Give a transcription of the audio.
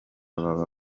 baba